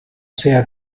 sea